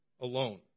alone